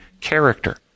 character